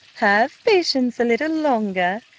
have patience a little longer,